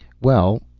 well.